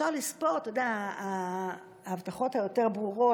אפשר לספור, אתה יודע, את ההבטחות היותר-ברורות.